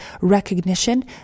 recognition